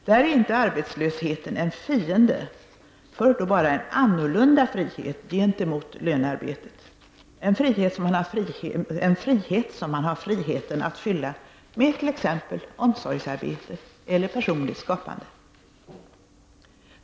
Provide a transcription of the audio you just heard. Där är inte arbetslösheten en fiende, förr då bara en annorlunda frihet gentemot lönearbetet, en frihet som man har möjligheten att fylla med t.ex. omsorgsarbete eller personligt skapande.